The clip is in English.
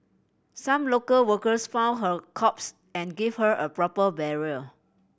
some local workers found her corpse and gave her a proper burial